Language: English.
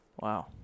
wow